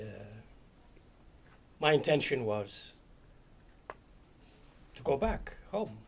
my intention was to go back home